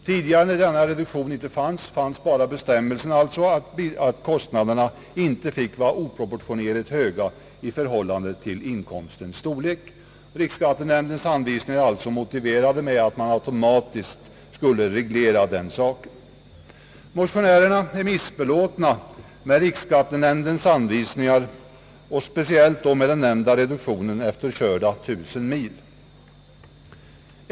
Tidigare, när denna reduktion inte fanns, fanns bara be stämmelsen att kostnaderna inte fick vara oproportionerligt stora i förhållande till inkomstens storlek. Riksskattenämndens anvisningar är alltså motiverade med att man automatiskt skulle reglera denna sak. Motionärerna är missbelåtna med riksskattenämndens anvisningar, speciellt då med den nämnda reduktionen efter körda tusen mil.